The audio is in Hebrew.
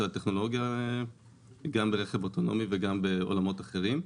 הטכנולוגיה גם ברכב אוטונומי וגם בעולמות אחרים.